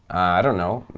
i don't know.